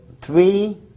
three